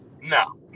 No